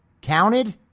counted